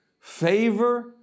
favor